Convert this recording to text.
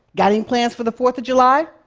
got any plans for the fourth of july?